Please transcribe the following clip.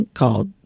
called